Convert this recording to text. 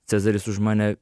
cezaris už mane